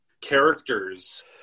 characters